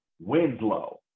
winslow